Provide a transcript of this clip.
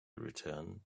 return